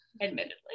admittedly